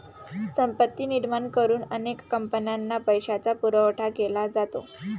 संपत्ती निर्माण करून अनेक कंपन्यांना पैशाचा पुरवठा केला जातो